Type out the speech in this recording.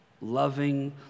loving